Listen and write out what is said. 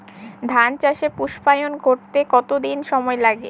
ধান চাষে পুস্পায়ন ঘটতে কতো দিন সময় লাগে?